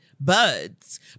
buds